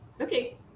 Okay